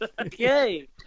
Okay